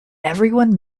everyone